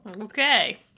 Okay